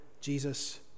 Jesus